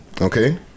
okay